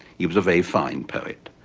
he was a very fine poet.